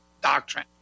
doctrine